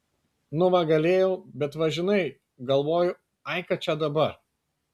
nu va galėjau bet va žinai galvoju ai ką čia dabar